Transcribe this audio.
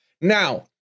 Now